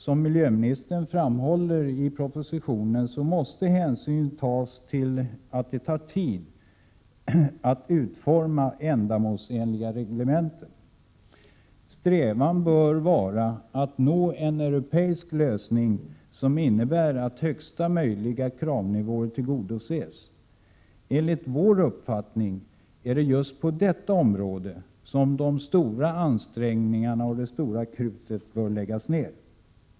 Som miljöministern framhåller i propositionen måste hänsyn tas till att det tar tid att utforma ändamålsenliga reglementen. Strävan bör vara att nå en europeisk lösning som innebär att högsta möjliga kravnivåer tillgodoses. Enligt vår uppfattning är det just på detta område som de stora ansträngningarna och allt krut bör läggas ner.